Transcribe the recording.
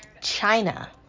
China